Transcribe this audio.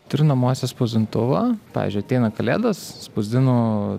turiu namuose spausdintuvą pavyzdžiui ateina kalėdos spausdinu